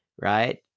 right